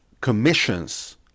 commissions